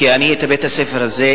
כי בית-הספר הזה,